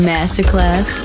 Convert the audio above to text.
Masterclass